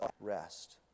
rest